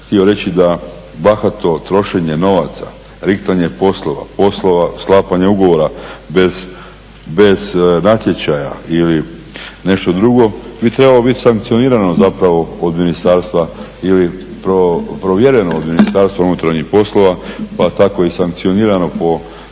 htio reći da bahato trošenje novaca, riktanje poslova sklapanja ugovora bez natječaja ili nešto drugo bi trebalo biti sankcionirano zapravo od ministarstva ili provjereno do Ministarstva unutarnjih poslova pa tako i sankcionirano po